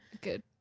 Good